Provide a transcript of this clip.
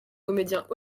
comédiens